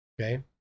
Okay